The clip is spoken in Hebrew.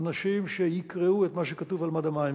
אנשים שיקראו את מה שכתוב על מד המים.